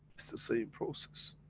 it's the same process.